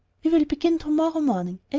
we will begin to-morrow morning,